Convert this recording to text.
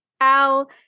Al